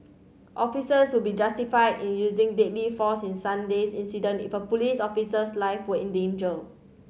officers would be justified in using deadly force in Sunday's incident if a police officer's life were in danger